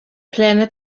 pläne